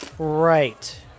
Right